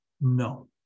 No